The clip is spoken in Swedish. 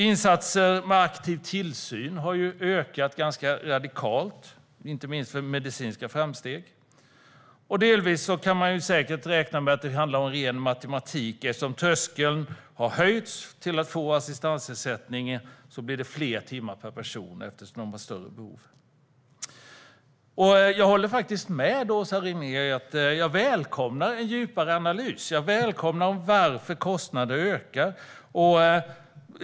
Insatser med aktiv tillsyn har ökat ganska radikalt, inte minst på grund av medicinska framsteg. Delvis kan man också anta att det handlar om ren matematik: Eftersom tröskeln för att få assistansersättning har höjts blir det fler timmar per person - det handlar ju om personer med större behov. Precis som Åsa Regnér välkomnar jag en djupare analys om varför kostnader ökar.